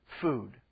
food